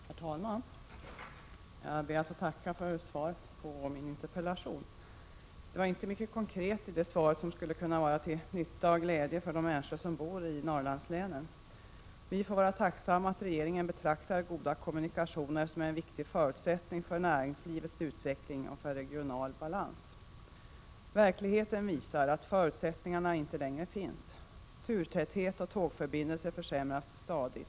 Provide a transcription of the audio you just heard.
Herr talman! Jag ber att få tacka för svaret på min interpellation. Det var inte mycket konkret i det svaret som skulle kunna vara till nytta och glädje för de människor som bor i Norrlandslänen. Vi får vara tacksamma att regeringen betraktar goda kommunikationer som en viktig förutsättning för näringslivets utveckling och för regional balans. Verkligheten visar att förutsättningarna inte längre finns. Turtäthet och tågförbindelser försämras stadigt.